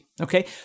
Okay